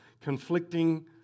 conflicting